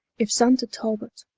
if sonne to talbot,